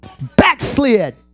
Backslid